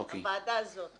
הוועדה הזאת קמה,